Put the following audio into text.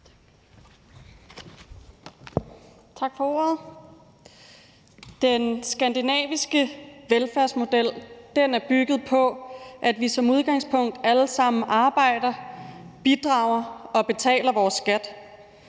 Tak for ordet. Den skandinaviske velfærdsmodel er bygget på, at vi som udgangspunkt alle sammen arbejder, bidrager og betaler vores skat,